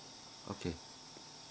okay